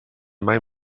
mai